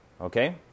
okay